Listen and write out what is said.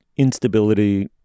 instability